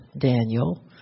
Daniel